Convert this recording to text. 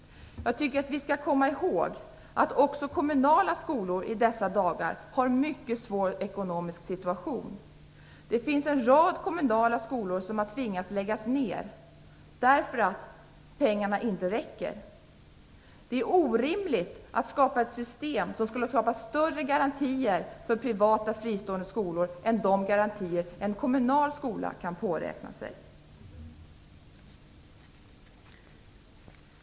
Jag tycker att vi skall komma ihåg att också kommunala skolor i dessa dagar har en mycket svår ekonomisk situation. Det finns en rad kommunala skolor som man tvingats lägga ned därför att pengarna inte räcker. Det är orimligt att skapa ett system som skulle skapa större garantier för privata, fristående skolor än de garantier en kommunal skola kan påräkna.